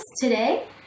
today